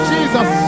Jesus